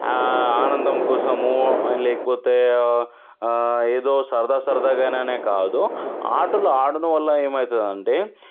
ఆ ఆనందం కోసమూ లేకపోతే ఏదో సరదా సరదాగానే కాదు ఆటలు ఆడటం వల్ల ఏమవుతుందంటే